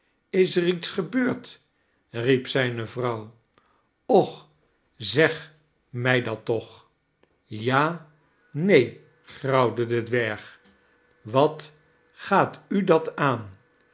is er iets gebeurd riep zijne vrouw och zeg mij dat toch ja neen grauwde de dwerg wat gaat u dat aan